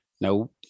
no